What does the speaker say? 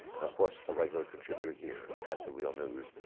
and of course, a regular contributor here at the real news.